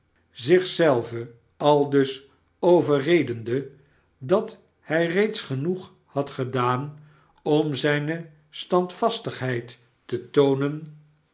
zich zelven aldus overredende dat hij reeds genoeg had gedaan om zijne standvastigheid te toonen